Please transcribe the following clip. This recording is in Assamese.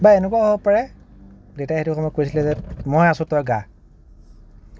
বা এনেকুৱা হ'ব পাৰে দেতাই সেইটো সময়ত কৈছিলে যে মই আছো তই গা